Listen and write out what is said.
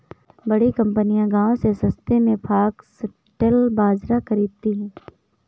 बड़ी कंपनियां गांव से सस्ते में फॉक्सटेल बाजरा खरीदती हैं